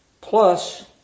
Plus